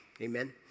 Amen